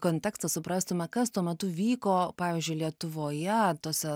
kontekstą suprastume kas tuo metu vyko pavyzdžiui lietuvoje tuose